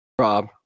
rob